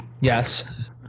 yes